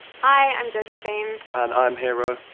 hi, i'm josephine. and i'm hero.